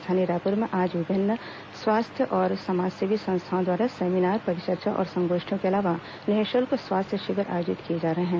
राजधानी रायपुर में आज विभिन्न स्वास्थ्य और समाजसेवी संस्थाओं द्वारा सेमीनार परिचर्चा और संगोष्ठियों के अलावा निःशुल्क स्वास्थ्य शिविर आयोजित किए जा रहे हैं